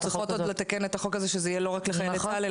אנחנו צריכות עוד לתקן את החוק הזה שזה יהיה רק לחיילי צה"ל,